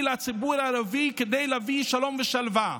הציבור הערבי כדי להביא שלום ושלווה.